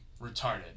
retarded